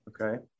Okay